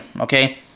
okay